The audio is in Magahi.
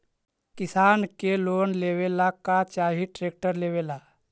किसान के लोन लेबे ला का चाही ट्रैक्टर लेबे ला?